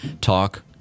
Talk